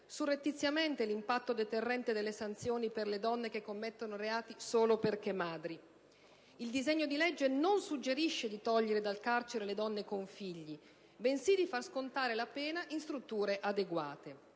surrettiziamente l'impatto deterrente delle sanzioni per le donne che commettono reati solo perché madri. Il disegno di legge non suggerisce di togliere dal carcere le donne con figli, bensì di far scontare la pena in strutture adeguate.